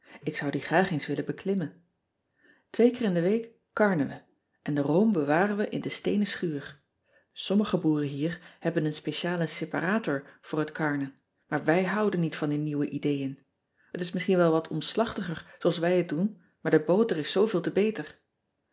k zou die graag eens willen beklimmen wee keen in de week karnen we en de room bewaren we in de steenen schuur ommige boeren hier hebben een speciale separator voor het karnen maar wij houden niet van die nieuwe ideeën et is misschien wel wat omslachtiger zooals wij het doen maar de boter is zooveel te beter